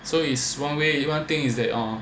so is one way you one thing is that uh